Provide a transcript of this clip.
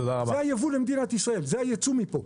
זה היבוא למדינת ישראל, זה הייצוא מפה.